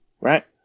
right